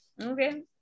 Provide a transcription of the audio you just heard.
Okay